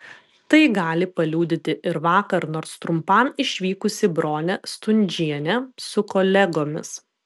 tai gali paliudyti ir vakar nors trumpam išvykusi bronė stundžienė su kolegomis